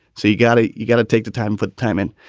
so you got it. you got to take the time. put time in.